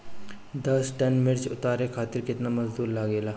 दस टन मिर्च उतारे खातीर केतना मजदुर लागेला?